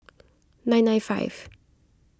nine nine five